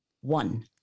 One